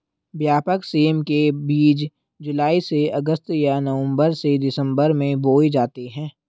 व्यापक सेम के बीज जुलाई से अगस्त या नवंबर से दिसंबर में बोए जाते हैं